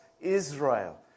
Israel